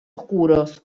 oscuros